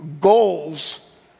goals